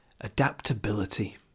Adaptability